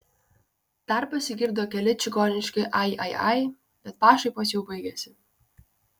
dar pasigirdo keli čigoniški ai ai ai bet pašaipos jau baigėsi